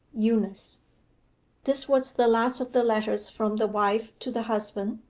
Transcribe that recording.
eunice this was the last of the letters from the wife to the husband.